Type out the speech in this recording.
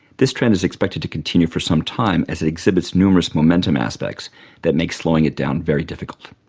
this trend is expected to continue for some time as it exhibits numerous momentum aspects that make slowing it down very difficult.